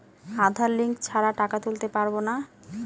আধার link ছাড়া টাকা তুলতে পারব না?